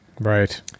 Right